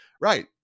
Right